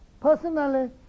Personally